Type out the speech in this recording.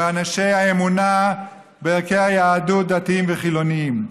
ואנשי האמונה וערכי היהדות, דתיים וחילונים.